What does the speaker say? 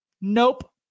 nope